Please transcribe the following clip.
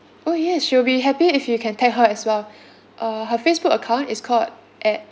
oh yes she'll be happy if you can tag her as well uh her Facebook account is called at